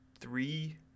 Three